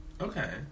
okay